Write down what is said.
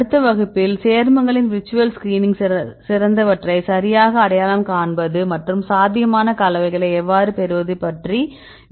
அடுத்த வகுப்பில் சேர்மங்களின் விர்ச்சுவல் ஸ்கிரீனிங் சிறந்தவற்றை சரியாக அடையாளம் காண்பது மற்றும் சாத்தியமான கலவைகளை எவ்வாறு பெறுவது பற்றி விவாதிப்போம்